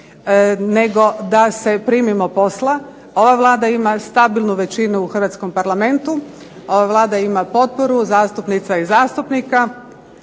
nego da se primimo posla. Ova Vlada ima stabilnu većinu u Hrvatskom parlamentu, ova Vlada ima potporu zastupnica i zastupnika